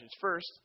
First